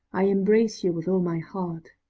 i embrace you with all my heart.